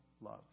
love